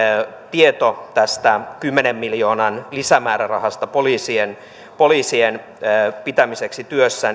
tieto tästä kymmenen miljoonan lisämäärärahasta poliisien poliisien pitämiseksi työssä